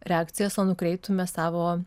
reakcijas o nukreiptume savo